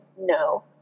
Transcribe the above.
no